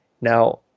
Now